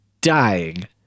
dying